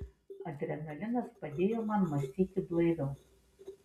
adrenalinas padėjo man mąstyti blaiviau